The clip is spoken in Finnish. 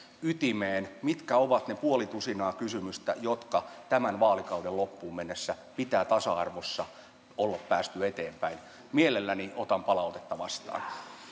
ytimeen mitkä ovat ne puoli tusinaa kysymystä joiden kohdalla tämän vaalikauden loppuun mennessä pitää tasa arvossa olla päästy eteenpäin mielelläni otan palautetta vastaan